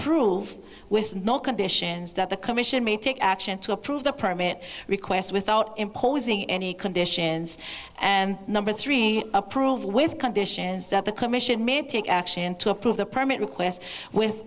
approve with no conditions that the commission may take action to approve the permit request without imposing any conditions and number three approved with conditions that the commission man take action to approve the permit requests with